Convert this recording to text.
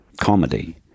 comedy